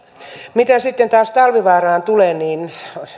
mitä sitten taas talvivaaraan tulee niin